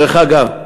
דרך אגב,